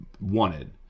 wanted